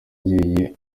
agiye